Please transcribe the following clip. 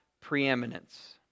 preeminence